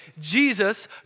Jesus